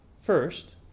First